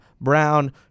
Brown